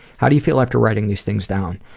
how do you feel after writing these things down?